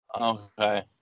Okay